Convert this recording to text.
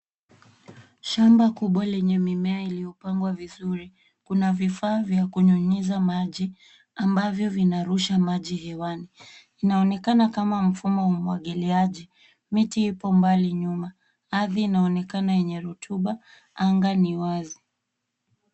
Shamba kubwa lenye mimea iliyopangwa vizuri. Kuna vifaa vya kunyunyiza maji ambavyo vinarusha maji hewani. Inaonekana kama mfumo wa umwagiliaji. Miti ipo mbali nyuma. Ardhi inaonekana yenye rutuba, anga ni wazi.